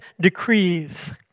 decrees